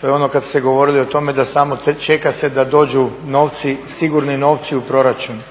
to je ono kad ste govorili o tome da samo čeka se da dođu novci, sigurni novci u proračun.